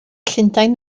llundain